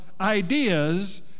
ideas